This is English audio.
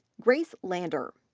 grace lander,